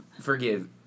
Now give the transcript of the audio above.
Forgive